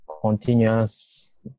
continuous